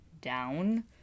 down